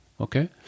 Okay